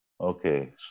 okay